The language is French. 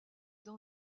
dans